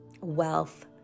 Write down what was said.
Wealth